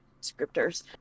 scripters